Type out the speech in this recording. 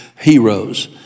heroes